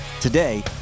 Today